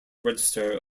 register